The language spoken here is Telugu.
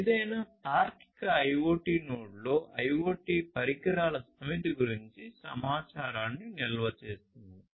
ఏదైనా తార్కిక IoT నోడ్లో IoT పరికరాల సమితి గురించి సమాచారాన్ని నిల్వ చేస్తుంది